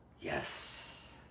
Yes